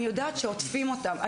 אני יודעת שעוטפים אותם במשרד החינוך.